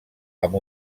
amb